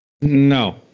No